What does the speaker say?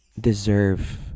deserve